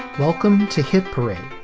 welcome to hit parade,